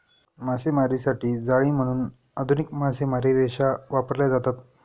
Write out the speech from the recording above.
मासेमारीसाठी जाळी म्हणून आधुनिक मासेमारी रेषा वापरल्या जातात